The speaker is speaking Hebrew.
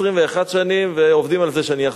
כמה שנים היית מורה?